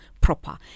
proper